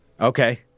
Okay